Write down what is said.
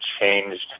changed